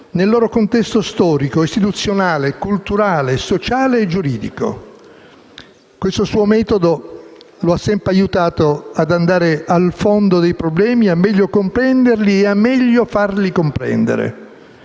nel loro contesto storico, istituzionale, culturale, sociale e giuridico. Questo suo metodo lo ha sempre aiutato ad andare al fondo dei problemi, a meglio comprenderli e a meglio farli comprendere.